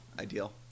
ideal